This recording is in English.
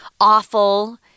awful